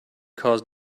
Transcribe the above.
cause